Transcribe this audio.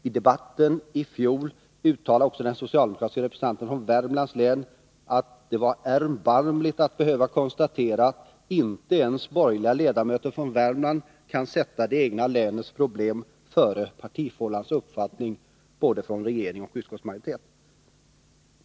I debatten i fjol uttalade också den socialdemokratiska representanten för Värmlands län bl.a. att det var erbarmligt att behöva konstatera, att inte ens borgerliga ledamöter från Värmland kan sätta det egna länets problem före partifållans uppfattning — det gällde såväl regering som utskottsmajoritet.